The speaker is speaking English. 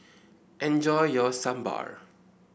enjoy your Sambar